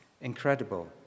Incredible